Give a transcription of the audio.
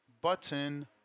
button